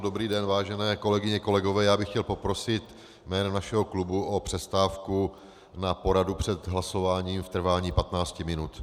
Dobrý den, vážené kolegyně, kolegové, já bych chtěl poprosit jménem našeho klubu o přestávku na poradu před hlasováním v trvání 15 minut.